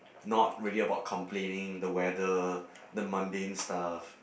not really about complaining the weather the mundane stuff